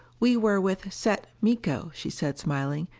we were with set miko, she said smilingly,